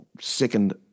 second